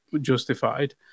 justified